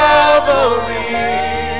Calvary